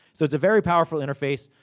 so, it's a very powerful interface.